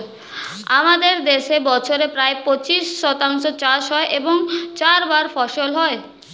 আমাদের দেশে বছরে প্রায় পঁচিশ শতাংশ চাষ হয় এবং চারবার ফসল হয়